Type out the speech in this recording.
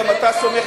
וגם אתה סומך,